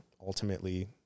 ultimately